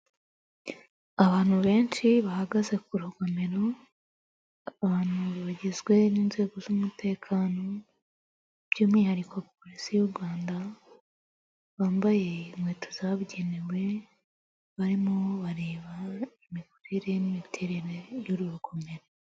Abantu benshi bahagaze ku rugomero, abantu bagizwe n'inzego z'umutekano by'umwihariko polisi y'u Rwanda bambaye inkweto zabugenewe, barimo bareba imikurire n'imiterere y'uru rugomere.